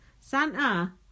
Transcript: Santa